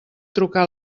trucar